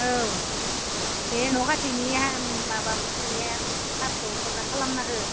औ बे न'खाथिनिहा माबा फुख्रिनिया फारखौ मोजां खालामना हो